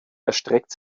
erstreckt